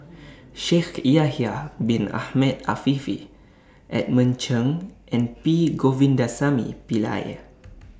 Shaikh Yahya Bin Ahmed Afifi Edmund Cheng and P Govindasamy Pillai